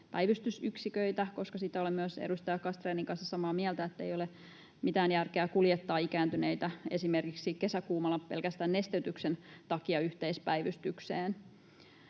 päivystysyksiköitä. Siitä olen edustaja Castrénin kanssa samaa mieltä, ettei ole mitään järkeä kuljettaa ikääntyneitä esimerkiksi kesäkuumalla pelkästään nesteytyksen takia yhteispäivystykseen.